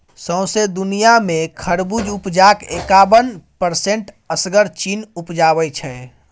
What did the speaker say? सौंसे दुनियाँ मे खरबुज उपजाक एकाबन परसेंट असगर चीन उपजाबै छै